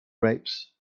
grapes